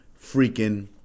freaking